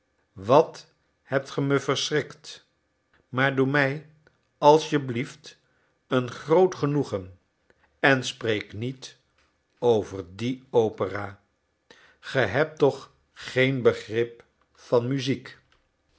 wat hebt ge me verschrikt maar doe mij alsjeblieft een groot genoegen en spreek niet over die opera ge hebt toch geen begrip van muziek